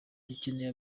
dukeneye